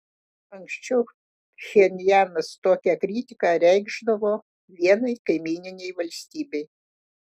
anksčiau pchenjanas tokią kritiką reikšdavo vienai kaimyninei valstybei